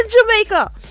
Jamaica